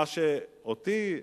מה שאותי,